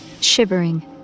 shivering